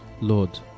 Lord